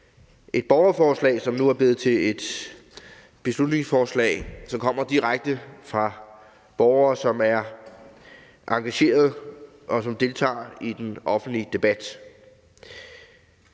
et borgerforslag, som nu er blevet til et beslutningsforslag, og som jo kommer direkte fra borgere, som er engagerede, og som deltager i den offentlige debat.